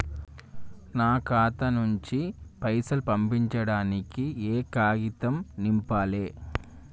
నా ఖాతా నుంచి పైసలు పంపించడానికి ఏ కాగితం నింపాలే?